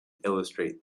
illustrate